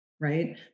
Right